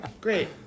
great